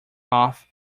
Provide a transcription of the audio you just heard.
off